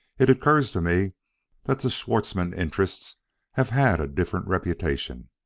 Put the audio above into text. it occurs to me that the schwartzmann interests have had a different reputation.